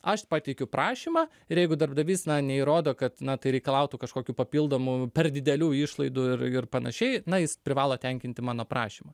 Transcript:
aš pateikiu prašymą ir jeigu darbdavys neįrodo kad na tai reikalautų kažkokių papildomų per didelių išlaidų ir ir panašiai na jis privalo tenkinti mano prašymą